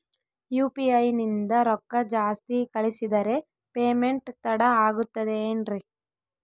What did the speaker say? UPI ನಿಂದ ರೊಕ್ಕ ಜಾಸ್ತಿ ಕಳಿಸಿದರೆ ಪೇಮೆಂಟ್ ತಡ ಆಗುತ್ತದೆ ಎನ್ರಿ?